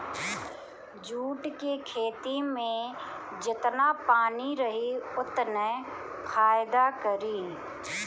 jute के खेती में जेतना पानी रही ओतने फायदा करी